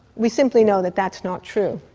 we simply know that that's not true.